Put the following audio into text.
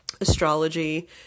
astrology